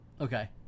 Okay